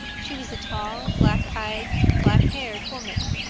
she was a tall black-eyed, black-haired woman,